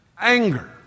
anger